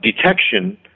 Detection